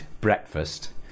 breakfast